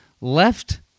left